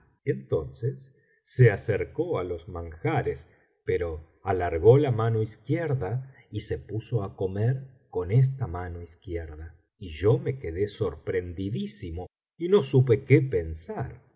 entonces se acercó á los manjares pero alargó la mano izquierda y se puso á comer con esta mano izquierda y yo me quedé sorprendidísimo y no supe que pensar